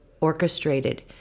orchestrated